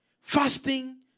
fasting